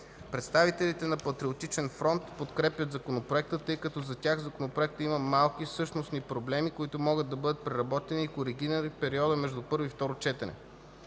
Представителите на Патриотичен фронт подкрепят законопроекта, тъй като за тях законопроектът има малки същностни проблеми, които могат да бъдат преработени и коригирани в периода между първо и второ четене.